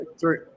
three